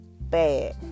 bad